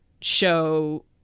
show